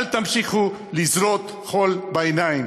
אל תמשיכו לזרות חול בעיניים.